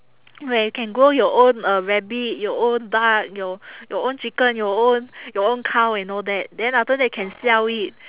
where you can grow your own uh rabbit your own duck your your own chicken your own your own cow and all that then after that can sell it